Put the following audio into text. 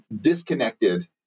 disconnected